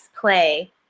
play